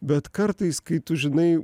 bet kartais kai tu žinai